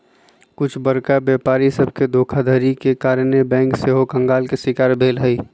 कुछ बरका व्यापारी सभके धोखाधड़ी के कारणे बैंक सेहो कंगाल के शिकार भेल हइ